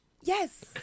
Yes